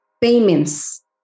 payments